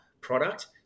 product